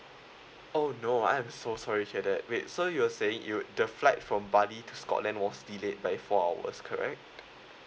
oh no I'm so sorry to hear that wait so you were saying you would the flight from bali to scotland then was delayed by four hours correct